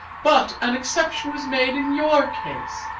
but an exception was made in your case.